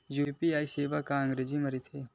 UPI सेवा का अंग्रेजी मा रहीथे?